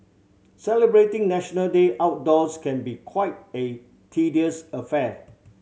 celebrating National Day outdoors can be quite a tedious affair